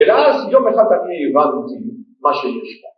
ואז יום אחד אני הבנתי מה שיש פה